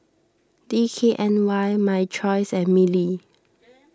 D K N Y My Choice and Mili